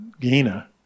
Gina